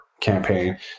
campaign